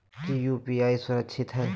की यू.पी.आई सुरक्षित है?